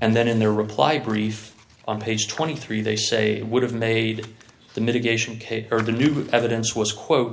and then in their reply brief on page twenty three they say they would have made the mitigation paper the new evidence was quote